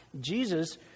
Jesus